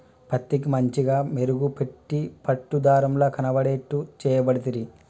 పత్తికి మంచిగ మెరుగు పెట్టి పట్టు దారం ల కనబడేట్టు చేయబడితిరి